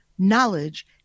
knowledge